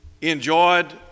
enjoyed